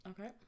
Okay